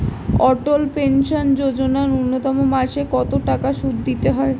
অটল pension Yojana ন্যূনতম মাসে কত টাকা সুধ দিতে হয়?